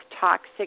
toxic